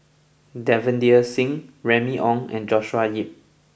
Davinder Singh Remy Ong and Joshua Ip